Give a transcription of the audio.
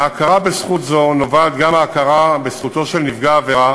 מהכרה בזכות זו נובעת גם ההכרה בזכותו של נפגע עבירה